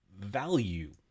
value